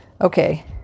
Okay